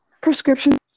prescription